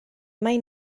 mai